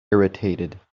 irritated